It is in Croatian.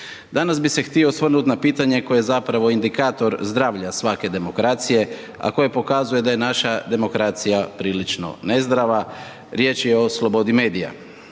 Danas bih se htio osvrnut na pitanje koje je zapravo indikator zdravlja svake demokracije, a koje pokazuje da je naša demokracija prilično nezdrava, riječ je o slobodi medija.